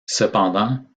cependant